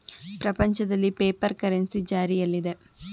ಪ್ರಪಂಚದಲ್ಲಿ paper currency ಜಾರಿಯಲ್ಲಿದೆ